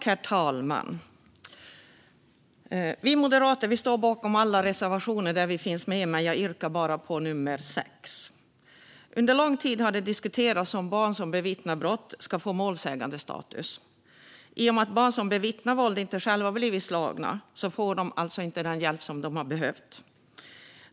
Herr talman! Vi moderater står bakom alla reservationer där vi finns med, men jag yrkar bifall enbart till reservation 6. Under lång tid har det diskuterats om barn som bevittnar brott ska få målsägandestatus. I och med att barn som bevittnar våld inte själva har blivit slagna får de nämligen inte den hjälp de skulle behöva.